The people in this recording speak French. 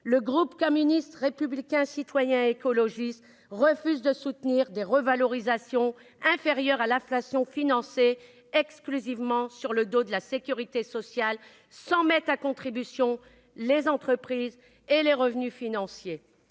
Le groupe communiste républicain citoyen et écologiste refuse de soutenir des revalorisations inférieures à l'inflation financées exclusivement sur le dos de la sécurité sociale sans mise à contribution des entreprises et des revenus financiers.